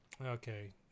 Okay